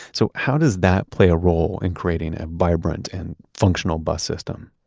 so how does that play a role in creating a vibrant and functional bus system?